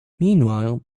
meanwhile